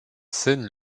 scène